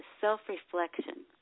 self-reflection